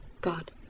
God